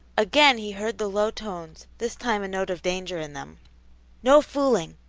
again he heard the low tones, this time a note of danger in them no fooling!